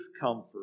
comfort